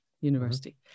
University